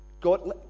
God